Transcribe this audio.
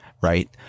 right